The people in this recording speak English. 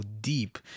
deep